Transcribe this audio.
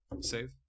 save